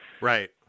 Right